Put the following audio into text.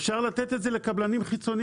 אפשר לתת את זה לקבלנים חיצוניים.